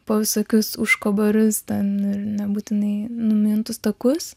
po visokius užkaborius ten nebūtinai numintus takus